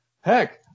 heck